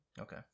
Okay